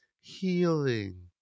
healing